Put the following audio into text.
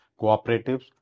cooperatives